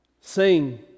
Sing